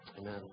amen